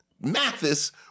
mathis